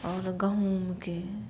आओर गहूॅंमके भी